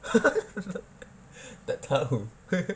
tak tahu